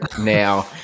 Now